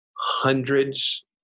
hundreds